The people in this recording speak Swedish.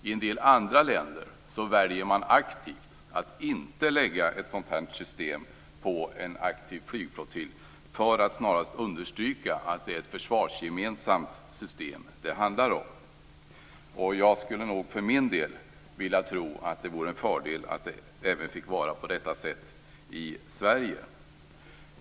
I en del andra länder väljer man aktivt att inte lägga ett sådant här system på en aktiv flygflottilj, närmast för att understryka att det är ett försvarsgemensamt system det handlar om. Jag skulle nog för min del vilja tro att det vore en fördel om det även fick vara på detta sätt i Sverige.